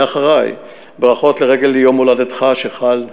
ברכות לרגל יום הולדתך שחל החודש.